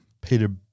Peter